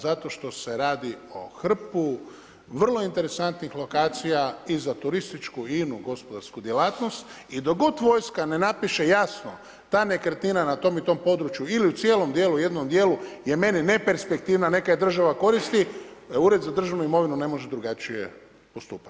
Zato što se radi o hrpi vrlo interesnih lokacija i za turističku i inu gospodarsku djelatnost i dok god vojska ne napiše jasno ta nekretnina na tom i tom području ili u cijelom djelu, jednom djelu je meni neperspektivna, neka je država koristi, Ured za državnu imovinu ne može drugačije postupati.